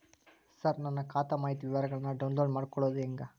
ಸರ ನನ್ನ ಖಾತಾ ಮಾಹಿತಿ ವಿವರಗೊಳ್ನ, ಡೌನ್ಲೋಡ್ ಮಾಡ್ಕೊಳೋದು ಹೆಂಗ?